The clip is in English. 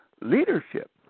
leadership